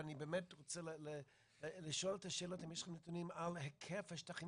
אני באמת רוצה לשאול את השאלות האם יש לכם נתונים על היקף השטחים